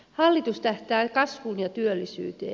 hallitus tähtää kasvuun ja työllisyyteen